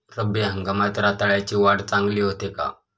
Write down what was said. रब्बी हंगामात रताळ्याची वाढ चांगली होते का?